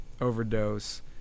overdose